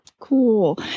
Cool